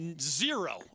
zero